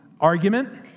argument